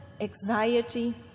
anxiety